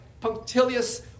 punctilious